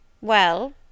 Well